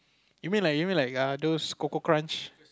you mean like you mean like err those Koko-Krunch